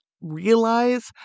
realize